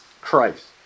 Christ